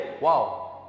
Wow